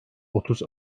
otuz